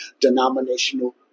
denominational